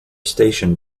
station